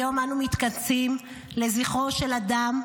היום אנו מתכנסים לזכרו של אדם,